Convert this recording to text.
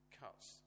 cuts